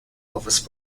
elvis